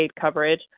coverage